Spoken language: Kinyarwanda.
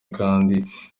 kandi